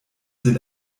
sind